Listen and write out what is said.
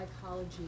psychology